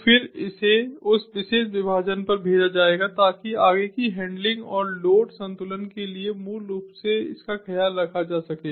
तो फिर इसे उस विशेष विभाजन पर भेजा जाएगा ताकि आगे की हैंडलिंग और लोड संतुलन के लिए मूल रूप से इसका ख्याल रखा जा सके